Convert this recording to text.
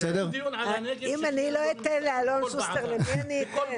אם אני לא אתן לאלון שוסטר, למי אני אתן?